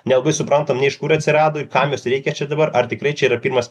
nelabai suprantam nei iš kur atsirado ir kam jos reikia čia dabar ar tikrai čia yra pirmas